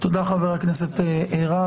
תודה חבר הכנסת רז,